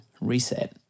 reset